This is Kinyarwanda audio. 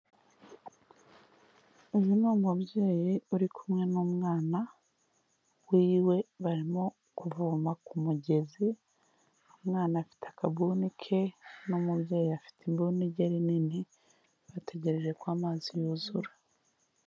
Uyu ni umubyeyi uri kumwe n'umwana wiwe, barimo kuvoma ku mugezi, umwana afite akabuni ke n'umubyeyi afite ibuni rye nini bategereje ko amazi yuzura.